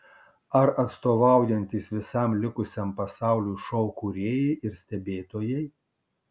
ar atstovaujantys visam likusiam pasauliui šou kūrėjai ir stebėtojai